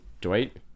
Dwight